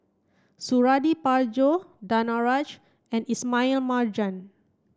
Suradi Parjo Danaraj and Ismail Marjan